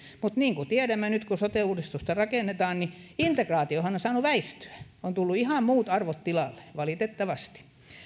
mutta niin kuin tiedämme nyt kun sote uudistusta rakennetaan niin integraatiohan on saanut väistyä ovat tulleet ihan muut arvot tilalle valitettavasti